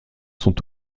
sont